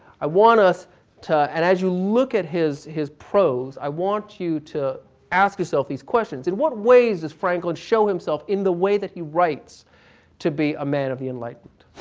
i want us to and as you look at his his prose, i want you to ask yourself these questions in what ways does franklin show himself in the way that he writes to be a man of the enlightenment?